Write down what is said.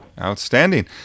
Outstanding